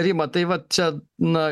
rima tai va čia na